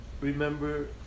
remember